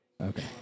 Okay